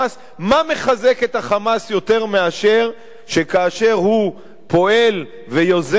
מה מחזק את ה"חמאס" יותר מאשר שכאשר הוא פועל ויוזם פעולות